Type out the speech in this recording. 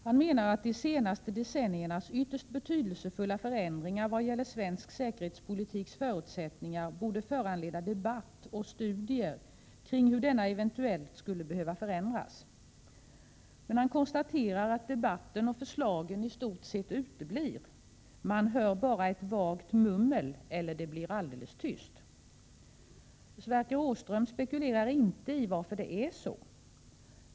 Han menar att de senaste decenniernas ytterst betydelsefulla förändringar vad gäller svensk säkerhetspolitiks förutsättningar borde föranleda debatt och studier kring hur denna eventuellt skulle behöva förändras. Men han konstaterar att debatten och förslagen i stort sett uteblir. Man hör bara ett vagt mummel eller det blir alldeles tyst. Sverker Åström spekulerar inte i varför det är så.